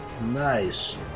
Nice